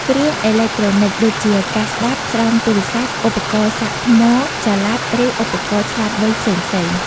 គ្រឿងអេឡិចត្រូនិចដូចជាកាសស្ដាប់ ស្រោមទូរស័ព្ទ ឧបករណ៍សាកថ្មចល័ត ឬឧបករណ៍ឆ្លាតវៃផ្សេងៗ។